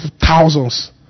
thousands